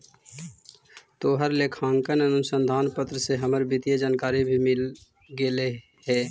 तोहर लेखांकन अनुसंधान पत्र से हमरा वित्तीय जानकारी भी मिल गेलई हे